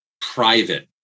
private